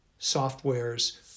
softwares